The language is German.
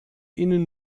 ihnen